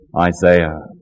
Isaiah